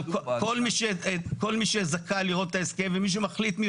כל מי שזכאי לראות את ההסכם ומי שמחליט מי